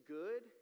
good